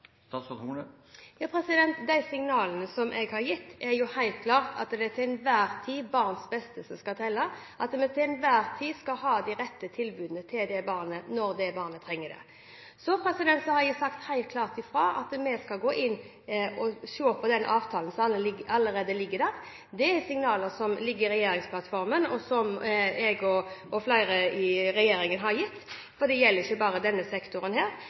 De signalene som jeg har gitt, er helt klart at det til enhver tid er barnets beste som skal telle, at vi til enhver tid skal ha de rette tilbudene til barnet når barnet trenger det. Så har jeg sagt helt klart fra at vi skal gå inn og se på den avtalen som allerede ligger der. Det er signaler som ligger i regjeringsplattformen, og som jeg og flere i regjeringen har gitt, og det gjelder ikke bare denne sektoren.